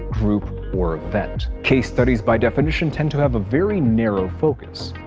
group, or event. case studies, by definition, tend to have a very narrow focus.